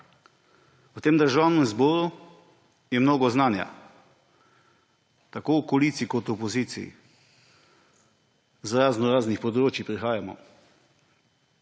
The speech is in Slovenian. V tem državnem zboru je mnogo znanja v koaliciji in opoziciji, iz raznoraznih področij prihajamo.